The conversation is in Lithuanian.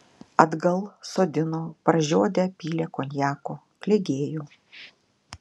atgal sodino pražiodę pylė konjako klegėjo